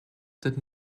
did